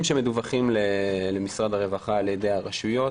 שמדווחים למשרד הרווחה על-ידי הרשויות,